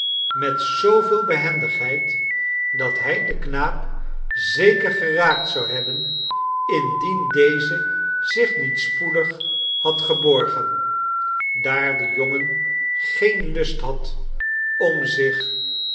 met zooveel behendigheid dat hij den knaap zeker geraakt zou hebben indien deze zich niet spoedig had geborgen daar de jongen geen lust had om zich